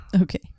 Okay